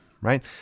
Right